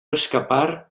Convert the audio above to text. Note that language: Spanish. escapar